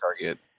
target